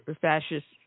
fascists